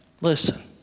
Listen